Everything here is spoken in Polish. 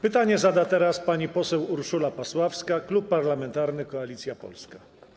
Pytanie zada teraz pani poseł Urszula Pasławska, Klub Parlamentarny Koalicja Polska.